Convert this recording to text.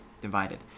divided